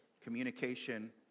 communication